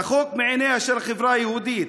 רחוק מעיניה של החברה היהודית,